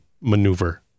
maneuver